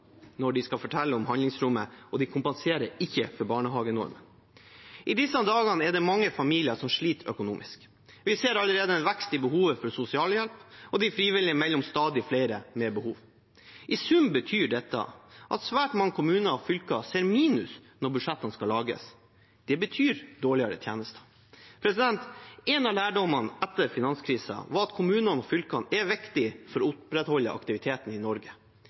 når de skal fortelle om handlingsrommet, og de kompenserer ikke for barnehagenormen. I disse dager er det mange familier som sliter økonomisk. Vi ser allerede en vekst i behovet for sosialhjelp, og de frivillige melder om stadig flere med behov. I sum betyr dette at svært mange kommuner og fylker ser minus når budsjettene skal lages. Det betyr dårligere tjenester. En av lærdommene etter finanskrisen var at kommunene og fylkene er viktige for å opprettholde aktiviteten i Norge.